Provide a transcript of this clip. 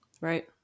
Right